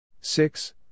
six